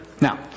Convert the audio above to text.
Now